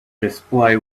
display